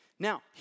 Now